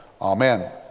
Amen